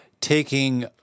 taking